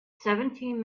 seventeen